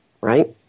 Right